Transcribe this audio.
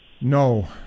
No